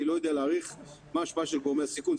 אני לא יודע להעריך מה ההשפעה של גורמי הסיכון.